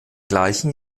gleichen